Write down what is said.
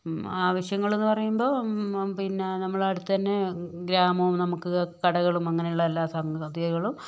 ആവശ്യങ്ങള്ന്നു പറയുമ്പോൾ പിന്നെ നമ്മളെ അടുത്തന്നെ ഗ്രാമവും നമുക്ക് കടകളും അങ്ങനെയുള്ള എല്ലാ സംഗതികളും